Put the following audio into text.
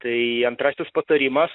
tai antrasis patarimas